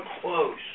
close